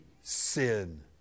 sin